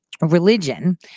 religion